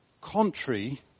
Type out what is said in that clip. Contrary